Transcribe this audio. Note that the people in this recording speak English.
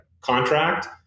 contract